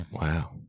Wow